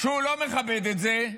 כשהוא לא מכבד את זה,